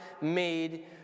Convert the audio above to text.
made